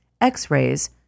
x-rays